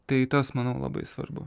tai tas manau labai svarbu